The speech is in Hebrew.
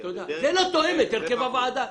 זה לא תואם את הרכב הוועדה.